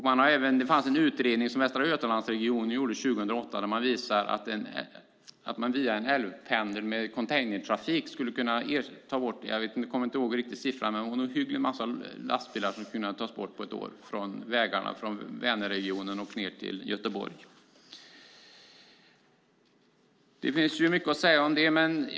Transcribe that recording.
Västra Götalandsregionen gjorde en utredning 2008 där man visade att man via en älvpendel med containertrafik skulle kunna få bort en mängd lastbilar - jag kommer inte ihåg hur många det var - från vägarna, från Vänerregionen och ned till Göteborg. Det finns mycket att säga om detta.